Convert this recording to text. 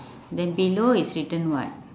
then below is written what